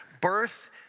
birth